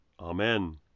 Amen